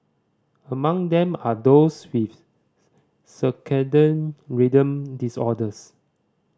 among them are those with circadian rhythm disorders